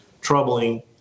troubling